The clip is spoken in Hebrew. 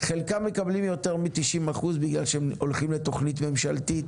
חלקם מקבלים יותר מ-90% כיוון שהם הולכים לתכנית ממשלתית